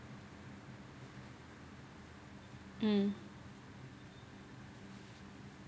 mm